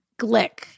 Glick